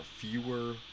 fewer